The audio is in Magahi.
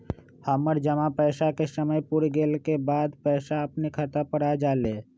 हमर जमा पैसा के समय पुर गेल के बाद पैसा अपने खाता पर आ जाले?